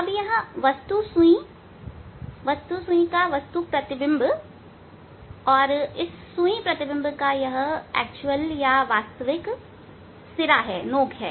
अब यह वस्तु सुई वस्तु सुई का वस्तु प्रतिबिंब और इस सुई प्रतिबिंब का यह वास्तविक नोक हैं